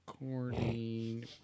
recording